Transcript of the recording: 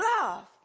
love